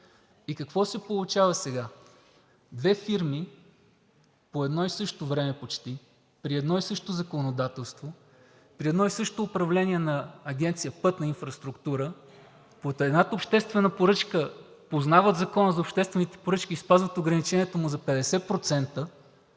И какво се получава сега? Две фирми по едно и също време почти, при едно и също законодателство, при едно и също управление на Агенция „Пътна инфраструктура“, под едната обществена поръчка познават Закона за обществените поръчки и спазват ограничението му за 50%,